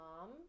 mom